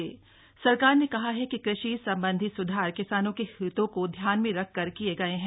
कुषि मंत्री सरकार ने कहा है कि कृषि संबंधी स्धार किसानों के हितों को ध्यान में रखकर किए गए हैं